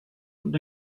und